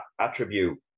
attribute